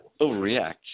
overreact